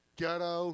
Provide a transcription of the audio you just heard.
ghetto